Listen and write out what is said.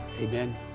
Amen